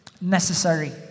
necessary